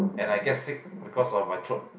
and I get sick because of my throat